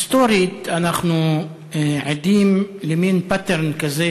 היסטורית אנחנו עדים למין pattern כזה,